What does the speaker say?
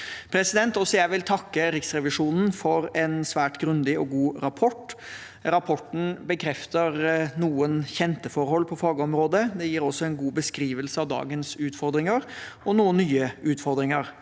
Også jeg vil takke Riksrevisjonen for en svært grundig og god rapport. Rapporten bekrefter noen kjente forhold på fagområdet. Den gir også en god beskrivelse av dagens utfordringer og noen nye utfordringer.